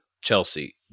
Chelsea